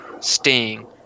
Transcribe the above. sting